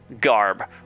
garb